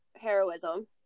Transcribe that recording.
heroism